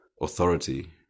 authority